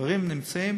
הדברים נמצאים